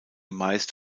meist